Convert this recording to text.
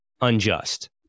unjust